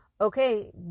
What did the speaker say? okay